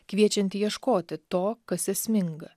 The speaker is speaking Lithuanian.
kviečianti ieškoti to kas esminga